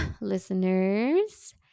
listeners